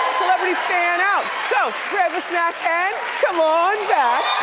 celebrity fan out. so grab a snack and come on back!